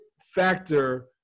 factor